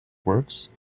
works